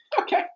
Okay